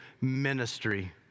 ministry